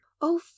Oh